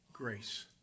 Grace